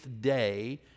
day